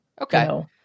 Okay